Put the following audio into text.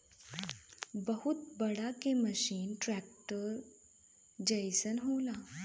बहुत बड़ा के मसीन ट्रेक्टर जइसन होला